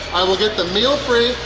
i will get the meal free,